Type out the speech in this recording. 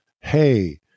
Hey